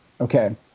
Okay